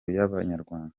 y’abanyarwanda